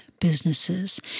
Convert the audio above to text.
businesses